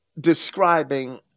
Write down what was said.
describing